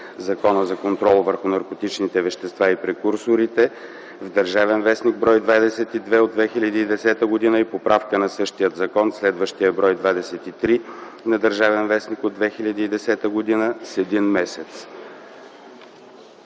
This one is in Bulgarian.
Закона за контрол върху наркотичните вещества и прекурсорите в „Държавен вестник”, бр. 22 от 2010 г. и поправка на същия закон в следващия бр. 23 на „Държавен вестник” от 2010 г. с един месец.”